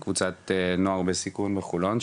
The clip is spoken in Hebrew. קבוצת נוער בסיכון בחולון,